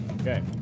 Okay